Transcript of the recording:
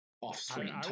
off-screen